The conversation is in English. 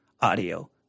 audio